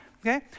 okay